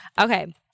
Okay